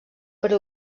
per